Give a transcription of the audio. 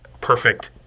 perfect